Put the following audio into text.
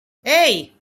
hey